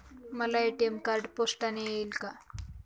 मला ATM card पोस्टाने येईल का?